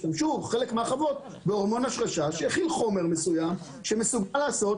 חלק מהחוות השתמשו בהורמון השרשה שיכיל חומר מסוים שמסוגל לעשות